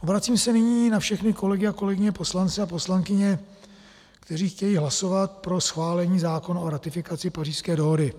Obracím se nyní na všechny kolegy a kolegyně poslance a poslankyně, kteří chtějí hlasovat pro schválení zákona o ratifikaci Pařížské dohody.